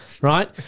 right